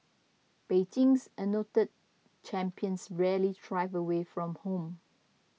Beijing's anointed champions rarely thrive away from home